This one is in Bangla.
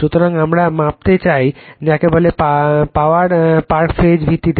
সুতরাং আমরা মাপতে চাই যাকে বলে পাওয়ার পার্ক ফেজ ভিত্তিতে